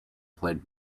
played